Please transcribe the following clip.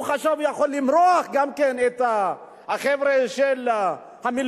הוא חשב שהוא יכול למרוח גם את החבר'ה של המילואימניקים.